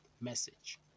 message